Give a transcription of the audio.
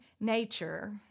nature